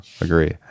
agree